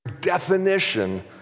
definition